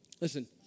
Listen